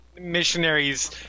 missionaries